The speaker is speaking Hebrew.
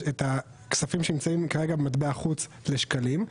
הכספים שנמצאים כרגע במטבע חוץ לשקלים,